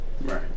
Right